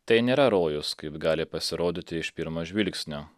tai nėra rojus kaip gali pasirodyti iš pirmo žvilgsnio